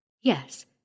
Yes